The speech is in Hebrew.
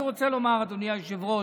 אני רוצה לומר, אדוני היושב-ראש,